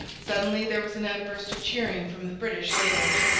suddenly there was an outburst of cheering from the british sailors.